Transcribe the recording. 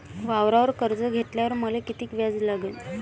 वावरावर कर्ज घेतल्यावर मले कितीक व्याज लागन?